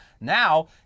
Now